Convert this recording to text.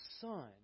son